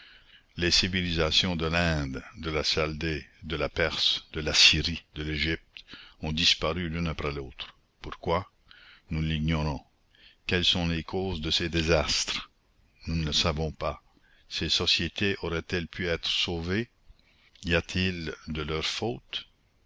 les civilisations de l'inde de la chaldée de la perse de l'assyrie de l'égypte ont disparu l'une après l'autre pourquoi nous l'ignorons quelles sont les causes de ces désastres nous ne le savons pas ces sociétés auraient-elles pu être sauvées y a-t-il de leur faute